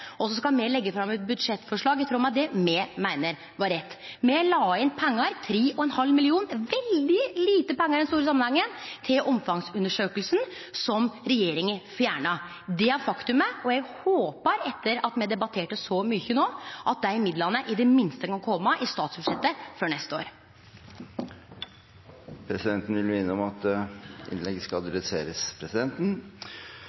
me meiner var rett. Me la inn pengar, 3,5 mill. kr – som er veldig lite pengar i den store samanhengen – til omfangsundersøkinga, som regjeringa fjerna. Det er faktumet, og eg håpar at dei midlane – etter at me debatterte så mykje no – i det minste kan kome i statsbudsjettet for neste år. Presidenten vil minne om at innlegg skal